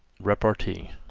repartee,